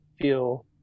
feel